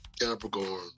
Capricorn